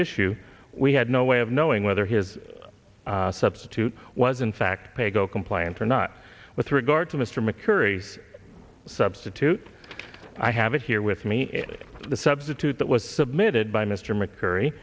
issue we had no way of knowing whether his substitute was in fact paygo compliant or not with regard to mr mccurry substitute i have it here with me the substitute that was submitted by mr mccurry